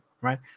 right